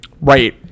Right